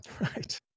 Right